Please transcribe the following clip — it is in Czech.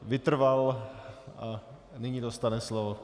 Vytrval a nyní dostane slovo.